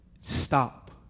Stop